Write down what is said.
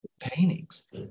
paintings